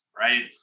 right